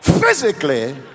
physically